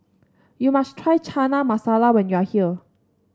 you must try Chana Masala when you are here